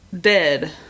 dead